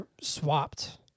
swapped